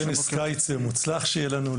כנס קיץ מוצלח שיהיה לנו,